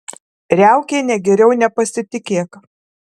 riaukiene geriau nepasitikėk